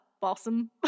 balsam